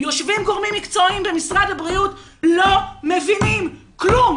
יושבים גורמים מקצועיים במשרד הבריאות ולא מבינים כלום.